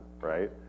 right